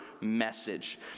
message